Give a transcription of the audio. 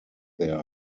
their